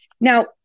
Now